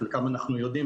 בחלקם אנחנו יודעים,